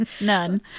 none